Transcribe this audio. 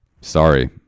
Sorry